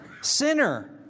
sinner